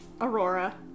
Aurora